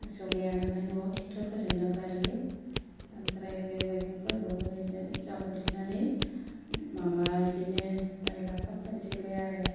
मोसो गैया नालाय न'आव ट्रेक्टरफोरजोंनो गायो ओमफ्राय बे मैगंफोरखौबो ओरैनो जावग्लिनानै माबा बिदिनो लाइ लाफा फोनसैलाय आरो